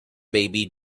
baby